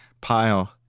pile